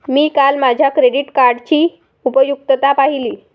मी काल माझ्या क्रेडिट कार्डची उपयुक्तता पाहिली